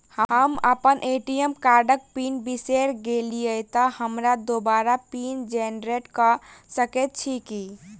हम अप्पन ए.टी.एम कार्डक पिन बिसैर गेलियै तऽ हमरा दोबारा पिन जेनरेट कऽ सकैत छी की?